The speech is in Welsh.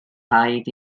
rhaid